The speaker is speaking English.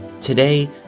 Today